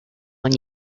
when